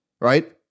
right